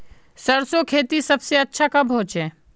सरसों खेती सबसे अच्छा कब होचे?